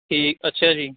ਠੀਕ ਅੱਛਾ ਜੀ